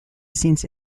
since